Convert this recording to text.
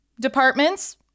departments